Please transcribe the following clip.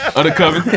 Undercover